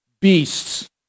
beasts